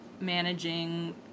managing